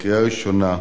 קריאה ראשונה.